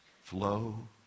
flow